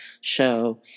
show